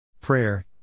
Prayer